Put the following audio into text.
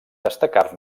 destacar